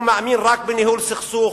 הוא מאמין רק בניהול סכסוך.